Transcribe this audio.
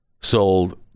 sold